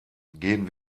gehen